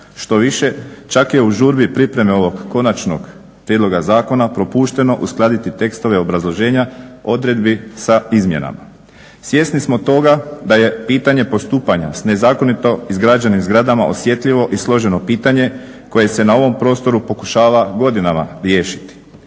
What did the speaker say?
Štoviše, čak je u žurbi pripreme ovog konačnog prijedloga zakona propušteno uskladiti tekstove obrazloženja odredbi sa izmjenama. Svjesni smo toga da je pitanje postupanja s nezakonito izgrađenim zgradama osjetljivo i složeno pitanje koje se na ovom prostoru pokušava godinama riješiti